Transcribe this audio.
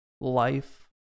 life